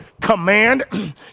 command